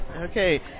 Okay